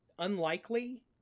unlikely